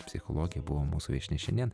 psichologė buvo mūsų viešnia šiandien